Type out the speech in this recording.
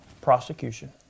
prosecution